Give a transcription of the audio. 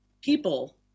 people